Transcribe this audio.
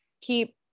keep